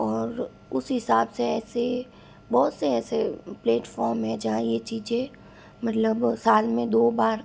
और उस हिसाब से ऐसे बहुत से ऐसे प्लेटफार्म है जहाँ यह चीज़ें मतलब साल में दो बार